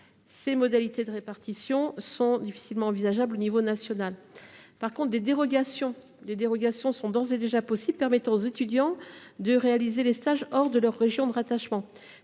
Ces modalités de répartition sont difficilement envisageables à l’échelon national. Des dérogations sont d’ores et déjà possibles, permettant aux étudiants de réaliser des stages hors de leur région de rattachement.